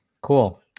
Cool